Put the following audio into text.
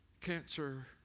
cancer